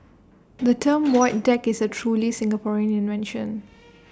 the term void deck is A truly Singaporean invention